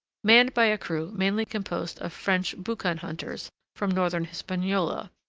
manned by a crew mainly composed of french boucanhunters from northern hispaniola,